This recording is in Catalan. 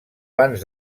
bans